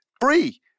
free